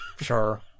sure